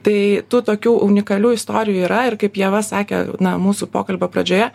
tai tų tokių unikalių istorijų yra ir kaip ieva sakė na mūsų pokalbio pradžioje